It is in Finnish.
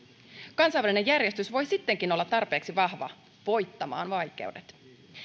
kansainvälinen järjestys voi sittenkin olla tarpeeksi vahva voittamaan vaikeudet